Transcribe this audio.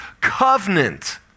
covenant